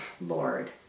Lord